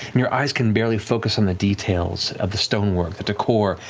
and your eyes can barely focus on the details of the stonework, the decor,